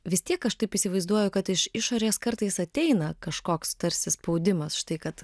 vis tiek aš taip įsivaizduoju kad iš išorės kartais ateina kažkoks tarsi spaudimas štai kad